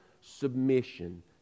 submission